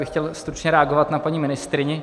Já bych chtěl stručně reagovat na paní ministryni.